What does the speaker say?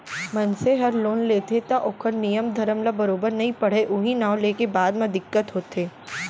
मनसे हर लोन लेथे तौ ओकर नियम धरम ल बरोबर नइ पढ़य उहीं नांव लेके बाद म दिक्कत होथे